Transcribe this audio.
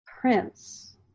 Prince